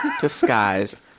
disguised